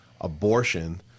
abortion